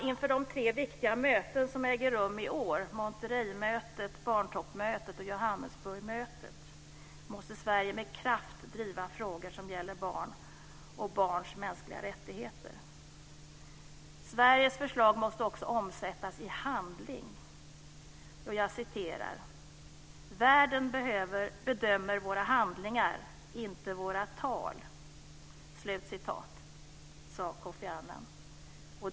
Inför de tre viktiga möten som äger rum i år - Monterreymötet, barntoppmötet och Johannesburgsmötet - måste Sverige med kraft driva frågor som gäller barn och barns mänskliga rättigheter. Sveriges förslag måste också omsättas i handling. Världen bedömer våra handlingar och inte våra tal, sade Kofi Annan.